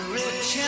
rich